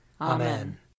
Amen